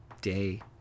day